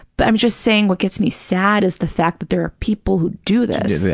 but i'm just saying what gets me sad is the fact that there are people who do this.